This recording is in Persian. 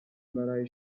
برای